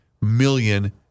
million